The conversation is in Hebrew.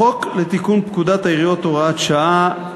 החוק לתיקון פקודת העיריות (הוראת שעה),